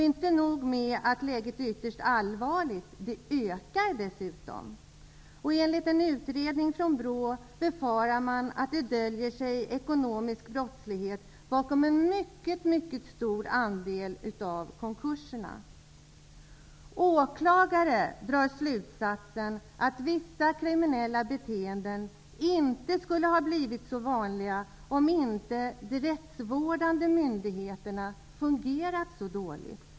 Inte nog med att läget är ytterst allvarligt, det förvärras dessutom. Enligt en utredning från BRÅ befarar man att det döljer sig ekonomisk brottslighet bakom en mycket mycket stor andel av konkurserna. Åklagare drar slutsatsen att vissa kriminella beteenden inte skulle ha blivit så vanliga om inte de rättsvårdande myndigheterna fungerat så dåligt.